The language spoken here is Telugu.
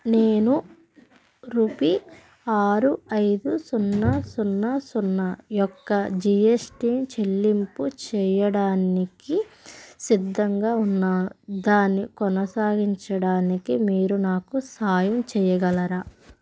నేను రుపీ ఆరు ఐదు సున్నా సున్నా సున్నా యొక్క జీ ఎస్ టీ చెల్లింపు చేయడానికి సిద్ధంగా ఉన్నాను దాన్ని కొనసాగించడానికి మీరు నాకు సహాయం చేయగలరా